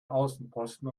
außenposten